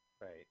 Right